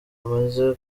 amaze